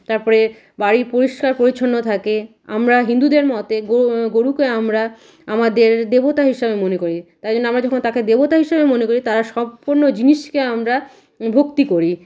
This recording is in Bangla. তারপরে বাড়ি পরিষ্কার পরিচ্ছন্ন থাকে আমরা হিন্দুদের মতে গো গরুকে আমরা আমাদের দেবতা হিসাবে মনে করি তাই জন্য আমরা যখন তাকে দেবতা হিসাবে মনে করি তারা সম্পূর্ণ জিনিসকে আমরা ভক্তি করি